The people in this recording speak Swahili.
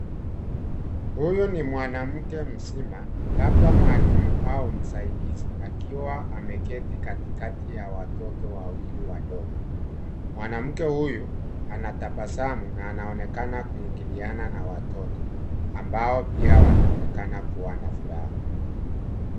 Huyu ni mwanamke mzima labda mwalimu au msaidizi akiwa ameketi kati kati ya watoto wawili wadogo mwanamke huyu anatabasamu na anaonekana kuingiliana na watoto ambao pia wanaonekana kuwa na furaha.